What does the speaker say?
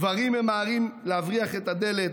גברים ממהרים להבריח את הדלת.